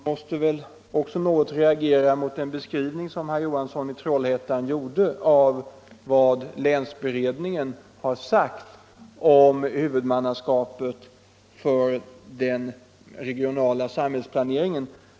Herr talman! Jag måste reagera mot den beskrivning som herr Johansson i Trollhättan gjorde av vad länsberedningen har sagt om huvudmannaskapet för den regionala samhällsplaneringen.